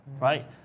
right